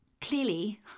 clearly